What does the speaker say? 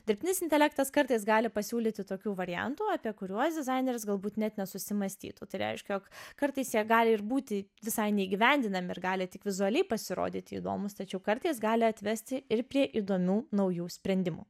dirbtinis intelektas kartais gali pasiūlyti tokių variantų apie kuriuos dizaineris galbūt net nesusimąstytų tai reiškia jog kartais jie gali ir būti visai neįgyvendinami ir gali tik vizualiai pasirodyti įdomūs tačiau kartais gali atvesti ir prie įdomių naujų sprendimų